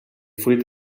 fruit